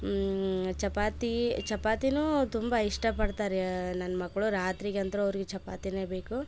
ಚಪಾತಿ ಚಪಾತಿನು ತುಂಬ ಇಷ್ಟ ಪಡ್ತಾರೆ ನನ್ನ ಮಕ್ಕಳು ರಾತ್ರಿಗೆಂತರೂ ಅವರಿಗೆ ಚಪಾತಿನೆ ಬೇಕು